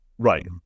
Right